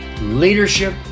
Leadership